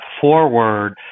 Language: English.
forward